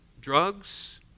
Drugs